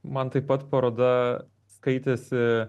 man taip pat paroda skaitėsi